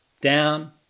down